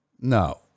No